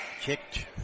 Kicked